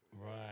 Right